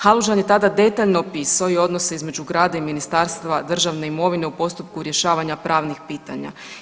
Halužan je tada detaljno opisao i odnos između grada i Ministarstva državne imovine u postupku rješavanja pravnih pitanja.